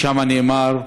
ושם נאמר: